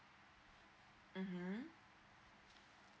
mmhmm